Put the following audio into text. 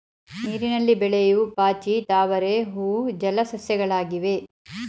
ನೀರಿನಲ್ಲಿ ಬೆಳೆಯೂ ಪಾಚಿ, ತಾವರೆ ಹೂವು ಜಲ ಸಸ್ಯಗಳಾಗಿವೆ